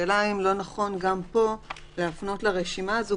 השאלה היא אם לא נכון גם פה להפנות לרשימה הזו,